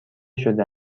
شده